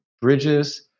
bridges